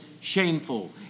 shameful